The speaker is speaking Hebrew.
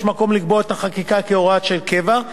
מקום לקבוע את החקיקה כהוראה של קבע,